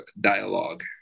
dialogue